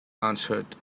answered